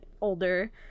older